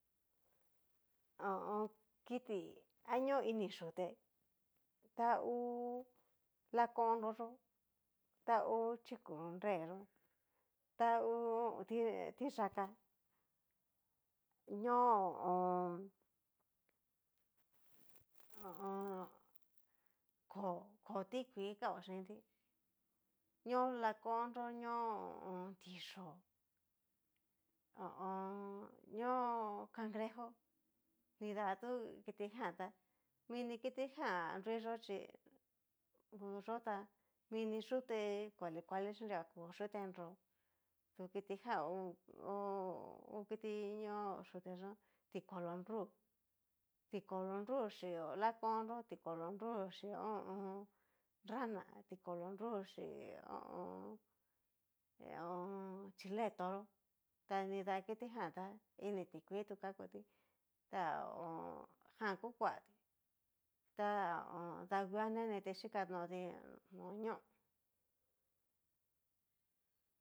Ho o on. kit a ñó ini kute ta hú. lakon'nro yó, ta hú chikulunre yó, a hú. tiyaka, ñó'o ho o on. koo koo tikuii kao chinti ño lakonro ño ho o on. tiyó'o ho o on. ñó candrejó nida tu kitijan ta mini kitijan nruiyó chí pus yó tá mini yute kuali kuali chinrua, odu yuté nró, tu kitijan ngu hu. kiti ñó yuté yó tikolonru tikolonru xin lakonró tikolonru xi ho o on. rana, tikolonru xi ho o on. chile toró ta nida kitijan tá ini tikuii tu katuti ta ho o on. jan ku kuatí ta danguan neneti xhikanoti no ñó.